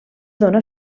dóna